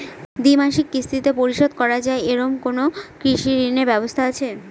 দ্বিমাসিক কিস্তিতে পরিশোধ করা য়ায় এরকম কোনো কৃষি ঋণের ব্যবস্থা আছে?